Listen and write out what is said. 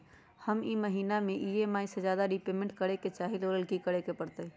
हम ई महिना में ई.एम.आई से ज्यादा रीपेमेंट करे के चाहईले ओ लेल की करे के परतई?